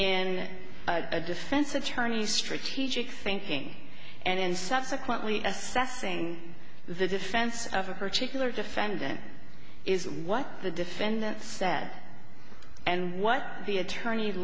and defense attorneys strategic thinking and subsequently assessing the defense of a particular defendant is what the defendant said and what the attorney